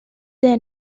their